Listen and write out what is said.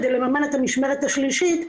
כדי למממן את המשמרת השלישית,